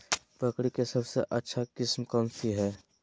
बकरी के सबसे अच्छा किस्म कौन सी है?